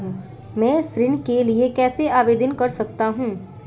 मैं ऋण के लिए कैसे आवेदन कर सकता हूं?